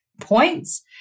points